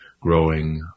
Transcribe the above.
growing